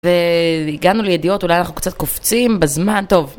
והגענו לידיעות, אולי אנחנו קצת קופצים, בזמן. טוב.